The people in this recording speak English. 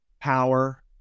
power